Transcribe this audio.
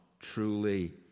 truly